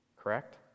Correct